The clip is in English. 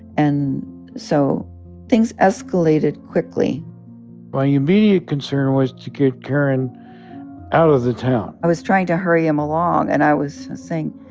and so things escalated quickly my immediate concern was to get karen out of the town i was trying to hurry him along. and i was saying,